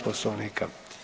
Poslovnika.